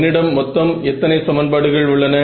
என்னிடம் மொத்தம் எத்தனை சமன்பாடுகள் உள்ளன